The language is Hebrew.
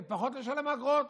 ופחות ישלם אגרות.